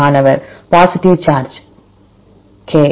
மாணவர் positive charge K